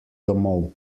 domov